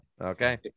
Okay